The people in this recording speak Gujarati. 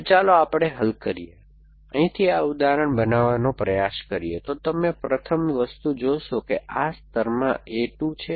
તો ચાલો આપણે હલ કરીએ અહીંથી આ ઉદાહરણ બનાવવાનો પ્રયાસ કરીએ તો તમે પ્રથમ વસ્તુ જોશો કે આ સ્તરમાં a 2 છે